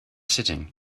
sitting